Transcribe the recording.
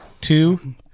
two